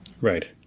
Right